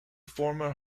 former